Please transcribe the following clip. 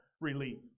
relief